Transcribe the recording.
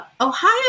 Ohio